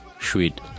Sweet